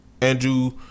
Andrew